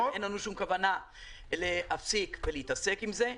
אין לנו כוונה להפסיק לעסוק בזה.